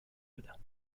بدم